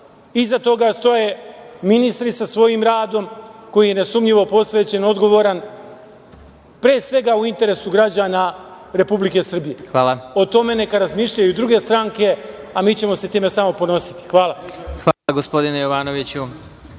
Iza toga stoje ministri sa svojim radom, koji je nesumnjivo posvećen, odgovoran, pre svega, u interesu građana Republike Srbije. O tome neka razmišljaju druge stranke, a mi ćemo se time samo ponositi. Hvala. **Vladimir Marinković**